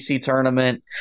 tournament